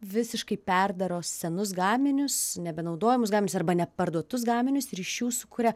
visiškai perdaro senus gaminius nebenaudojamus gaminius arba neparduotus gaminius ir iš jų sukuria